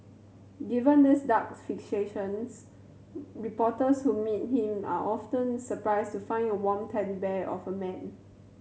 given these dark fixations reporters who meet him are often surprised to find a warm teddy bear of a man